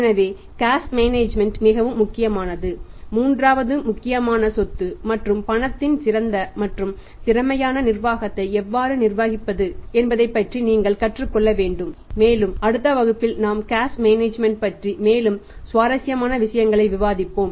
எனவே cash management பற்றி மேலும் சுவாரஸ்யமான விஷயங்களை விவாதிப்போம்